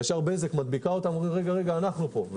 ישר בזק מדביקה אותם, אומרת: רגע, רגע, אנחנו פה.